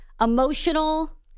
Emotional